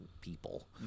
people